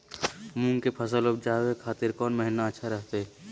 मूंग के फसल उवजावे खातिर कौन महीना अच्छा रहतय?